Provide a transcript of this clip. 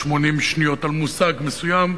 180 שניות על מושג מסוים.